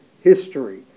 history